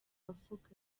avuga